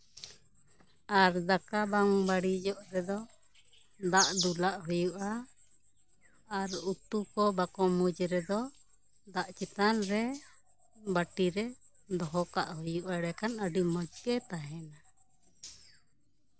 ᱟᱨ ᱫᱟᱠᱟ ᱵᱟᱝ ᱵᱟᱲᱤᱡᱚᱜ ᱨᱮᱫᱚ ᱫᱟᱜ ᱫᱩᱞᱟᱜ ᱦᱩᱭᱩᱜᱼᱟ ᱟᱨ ᱩᱛᱩ ᱠᱚ ᱵᱟᱠᱚ ᱢᱩᱸᱡ ᱨᱮᱫᱚ ᱫᱟᱜ ᱪᱮᱛᱟᱱ ᱨᱮ ᱵᱟᱴᱤᱨᱮ ᱫᱚᱦᱚ ᱠᱟᱜ ᱦᱩᱭᱩᱜᱼᱟ ᱮᱱᱰᱮ ᱠᱷᱟᱱ ᱟᱹᱰᱤ ᱢᱚᱡᱽᱜᱮ ᱛᱟᱦᱮᱱᱟ